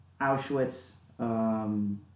Auschwitz